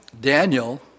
Daniel